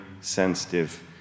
sensitive